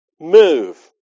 move